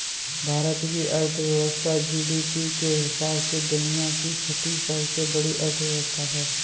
भारत की अर्थव्यवस्था जी.डी.पी के हिसाब से दुनिया की छठी सबसे बड़ी अर्थव्यवस्था है